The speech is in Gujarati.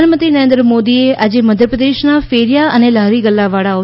પ્રધાનમંત્રી નરેન્દ્ર મોદીએ આજે મધ્યપ્રદેશનાં ફેરીયા અને લારી ગલ્લાવાળાઓ